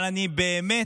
אבל אני באמת